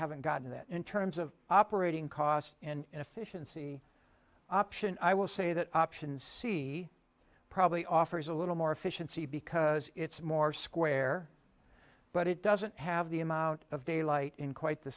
haven't gotten that in terms of operating cost and efficiency option i will say that option c probably offers a little more efficiency because it's more square but it doesn't have the amount of daylight in quite the